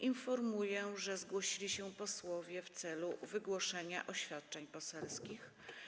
Informuję, że zgłosili się posłowie w celu wygłoszenia oświadczeń poselskich.